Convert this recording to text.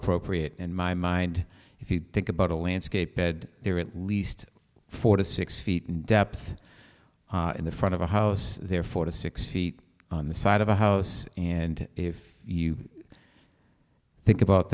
appropriate in my mind if you think about a landscape bed there at least four to six feet depth in the front of a house there four to six feet on the side of a house and if you think about